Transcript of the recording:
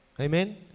amen